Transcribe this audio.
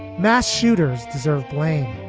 mass shooters deserve blame.